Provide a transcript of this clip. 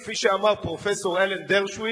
כפי שאמר פרופסור אלן דרשוביץ,